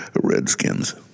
Redskins